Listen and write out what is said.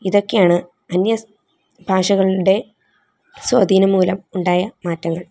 ഇതൊക്കെയാണ് അന്യ സ് ഭാഷകളുടെ സ്വാധീനം മൂലം ഉണ്ടായ മാറ്റങ്ങൾ